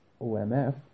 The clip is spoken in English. OMF